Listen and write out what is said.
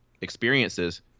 experiences